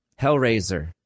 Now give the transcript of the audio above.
Hellraiser